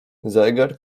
zegar